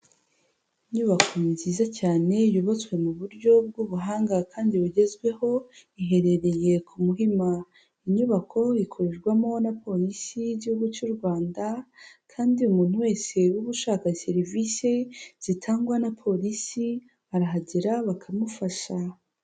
Inyubako nziza cyane yubatswe mu buryo bw'ubuhanga kandi bugezweho, iherereye ku Muhima, inyubako ikorerwamo na polisi y'igihugu cy'u Rwanda kandi umuntu wese uba ushaka serivisi zitangwa na polisi arahagera bakamufasha.